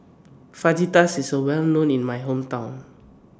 Fajitas IS Well known in My Hometown